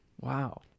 wow